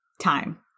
time